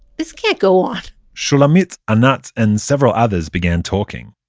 this can't go on shulamit, anat, and several others began talking.